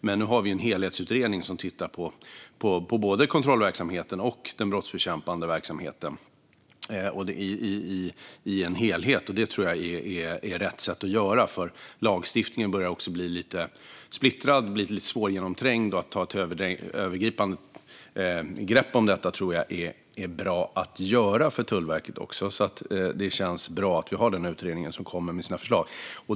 Men nu har vi en utredning som tittar på både kontrollverksamheten och den brottsbekämpande verksamheten i en helhet. Det tror jag är rätt sätt att göra, för lagstiftningen börjar bli lite splittrad och svårgenomträngd. Att ta ett övergripande grepp om detta tror jag är bra att göra för Tullverket, så det känns bra att vi har utredningen som kommer med sina förslag.